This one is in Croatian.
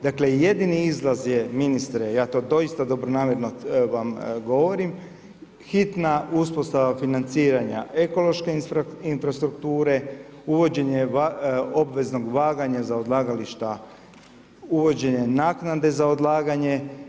Dakle jedini izlaz je ministre, ja to doista dobronamjerno vam govori hitna uspostava financiranja ekološke infrastrukture, uvođenje obveznog vaganja za odlagališta, uvođenje naknade za odlaganje.